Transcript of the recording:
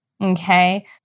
Okay